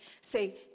say